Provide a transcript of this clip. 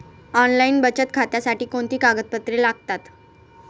Online बचत खात्यासाठी कोणती कागदपत्रे लागतात?